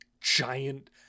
giant